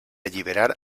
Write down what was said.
alliberar